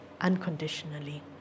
unconditionally